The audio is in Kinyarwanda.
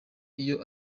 iyo